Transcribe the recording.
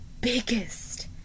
biggest